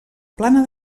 plana